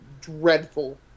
dreadful